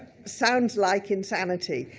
sounds like insanity.